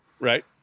Right